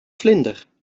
vlinder